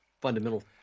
fundamental